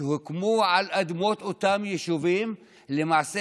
שהוקמו עד אדמות אותם יישובים למעשה